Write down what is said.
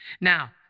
Now